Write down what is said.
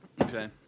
Okay